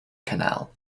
canal